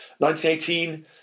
1918